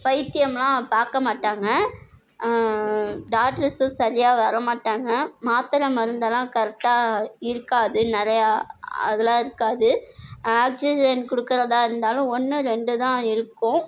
வைத்தியம்லாம் பார்க்க மாட்டாங்க டாக்டர்ஸும் சரியாக வர மாட்டாங்க மாத்தரை மருந்தெல்லாம் கரெக்டாக இருக்காது நிறையா அதலாம் இருக்காது ஆக்சிஜன் கொடுக்குறதா இருந்தாலும் ஒன்று ரெண்டுதான் இருக்கும்